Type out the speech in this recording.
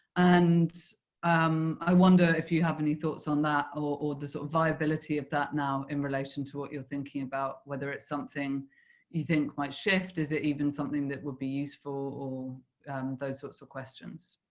and um i wonder if you have any thoughts on that or or the sort of viability of that now in relation to what you are thinking about, whether it's something you think might shift, is it even something that would be useful or those sorts of questions?